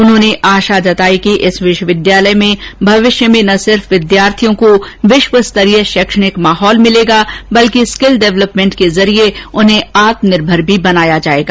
उन्होंने आशा जताई कि इस विश्वविद्यालय में भविष्य में ना सिर्फ विद्यार्थियों को विश्वस्तरीय शैक्षणिक माहौल मिलेगा बल्कि स्किल डेवलपमेंट के जरिए उन्हें आत्मनिर्भर भी बनाया जाएगा